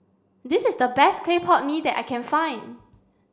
this is the best Clay Pot Mee that I can find